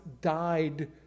died